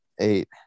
eight